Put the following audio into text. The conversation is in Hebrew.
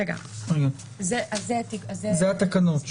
אלה התקנות.